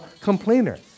complainer